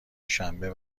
شنبه